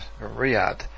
Riyadh